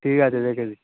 ঠিক আছে রেখে দিন